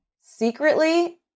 secretly